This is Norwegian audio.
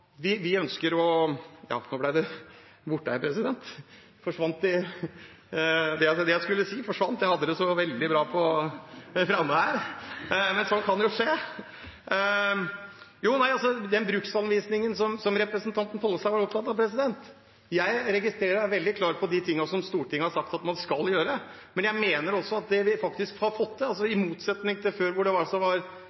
vi ønsker – nei, nå ble det borte, president. Det jeg skulle si, forsvant, og jeg som hadde det så veldig klart for meg, men sånt kan jo skje. Når det gjelder den bruksanvisningen som representanten Pollestad var opptatt av, registrerer jeg og er veldig klar på de tingene som Stortinget har sagt at man skal gjøre, men jeg mener også at vi faktisk har fått til noe, i motsetning til før, da det altså